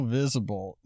visible